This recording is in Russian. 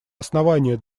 основания